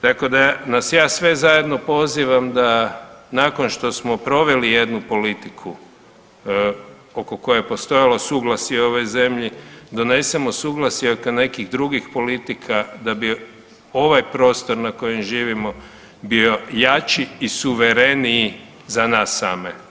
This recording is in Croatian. Tako da nas ja sve zajedno pozivam da nakon što smo proveli jednu politiku oko koje je postojalo suglasje u ovoj zemlji donesemo suglasje oko nekih drugih politika, da bi ovaj prostor na kojem živimo bio jači i suvereniji za nas same.